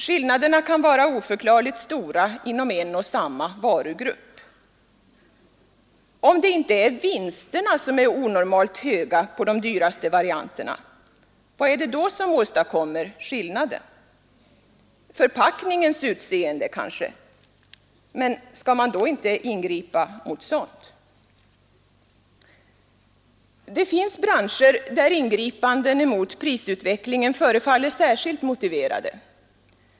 Skillnaderna kan vara oförklarligt stora inom en och samma varugrupp. Om det inte är vinsterna som är onormalt höga på de dyraste varianterna, vad är det då som åstadkommer skillnaden? Förpackningens utseende, kanske. Men skall man då inte ingripa mot sådant? Det finns branscher där ingripanden mot prisutvecklingen förefaller särskilt motiverade.